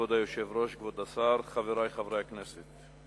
כבוד היושב-ראש, כבוד השר, חברי חברי הכנסת,